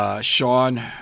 Sean